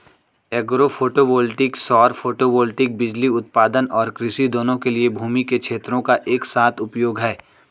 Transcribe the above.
agro photovoltaic सौर photovoltaic बिजली उत्पादन और कृषि दोनों के लिए भूमि के क्षेत्रों का एक साथ उपयोग है